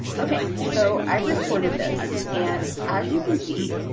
okay, so i've recorded this and, as you can see,